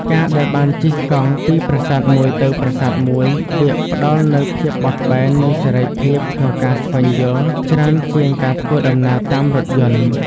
ការដែលបានជិះកង់ពីប្រាសាទមួយទៅប្រាសាទមួយ វាផ្ដល់នូវភាពបត់បែននិងសេរីភាពក្នុងការស្វែងយល់ច្រើនជាងការធ្វើដំណើរតាមរថយន្ត។